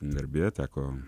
garbė teko